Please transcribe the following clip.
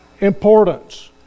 importance